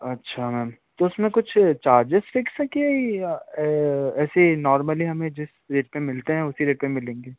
अच्छा मैम तो उसमें कुछ चार्जेस फिक्स हैं कि या ऐसे ही नॉर्मली हमें जिस रेट पे मिलते हैं उसी रेट पे मिलेंगे